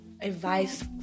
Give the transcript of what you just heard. advice